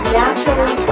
naturally